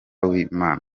wimana